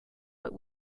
but